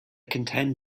contend